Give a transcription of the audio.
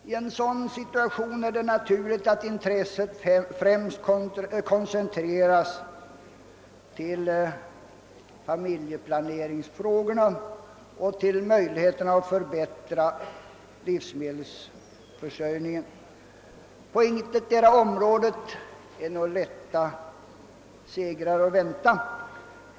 I en sådan situation är det naturligt att intresset främst koncentreras till familjeplaneringsfrågorna och till möjligheterna att förbättra livsmedelsförsörjningen. På intetdera området är några lätta segrar att vänta.